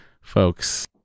folks